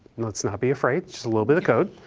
let's not be afraid. just a little bit of code.